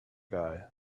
guy